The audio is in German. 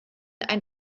ein